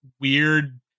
weird